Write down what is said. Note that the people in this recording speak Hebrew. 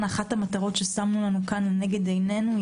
אחת המטרות ששמנו לנגד עינינו,